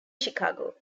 chicago